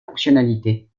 fonctionnalités